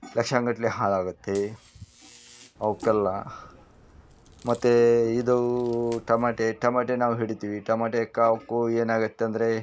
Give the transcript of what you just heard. ಲಕ್ಷಾನು ಗಟ್ಟಲೆ ಹಾಳಾಗುತ್ತೆ ಅವ್ಕಲ್ಲ ಮತ್ತು ಇದು ಟಮಾಟೆ ಟಮಾಟೆ ನಾವು ಹಿಡಿತಿವಿ ಟಮಾಟೆ ಕಾವ್ಕೋ ಏನಾಗುತ್ತೆ ಅಂದರೆ